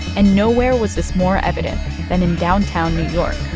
and nowhere was this more evident than in downtown new york